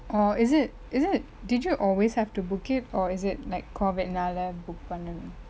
orh is it is it did you always have to book it or is it like COVID நாள:naale book பன்னனு:pannanu